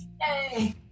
Yay